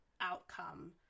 outcome